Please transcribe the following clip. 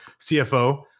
CFO